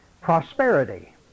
prosperity